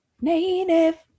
native